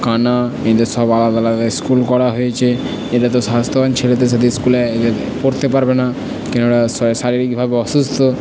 কানা এদের সব আলাদা আলাদা স্কুল করা হয়েছে এরা তো স্বাস্থ্যবান ছেলেদের সাথে স্কুলে পড়তে পারবে না কেন না শারীরিকভাবে অসুস্থ